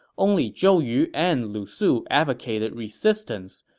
only zhou yu and lu su advocated resistance,